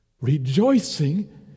Rejoicing